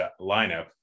lineup